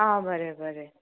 आं बरें बरें